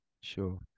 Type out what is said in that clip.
sure